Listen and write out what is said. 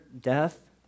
death